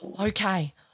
Okay